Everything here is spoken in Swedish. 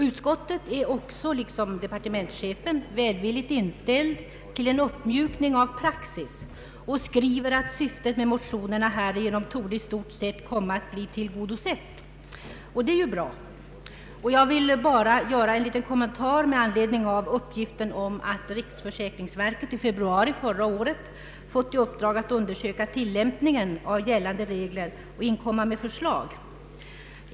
Utskottet är liksom departementschefen välvilligt inställt till en uppmjukning av praxis och skriver att syftet med motionerna i stort sett torde komma att bli tillgodosett. Det är ju bra, och jag vill bara göra en liten kommentar med anledning av uppgiften om att riksförsäkringsverket i februari förra året fått i uppdrag att undersöka tillämpningen av gällande regler och inkomma med förslag.